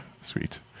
sweet